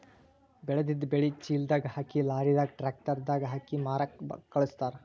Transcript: ಬೆಳೆದಿದ್ದ್ ಬೆಳಿ ಚೀಲದಾಗ್ ಹಾಕಿ ಲಾರಿದಾಗ್ ಟ್ರ್ಯಾಕ್ಟರ್ ದಾಗ್ ಹಾಕಿ ಮಾರಕ್ಕ್ ಖಳಸ್ತಾರ್